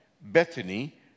Bethany